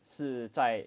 是在